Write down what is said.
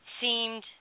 seemed